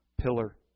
pillar